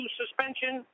suspension